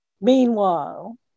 Meanwhile